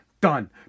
done